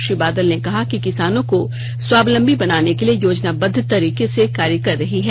श्री बादल ने कहा कि किसानों को स्वावलंबी बनाने के लिए योजनाबद्व तरीके से कार्य कर रही है